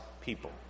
people